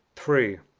three.